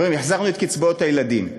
חברים, החזרנו את קצבאות הילדים.